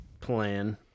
plan